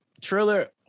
trailer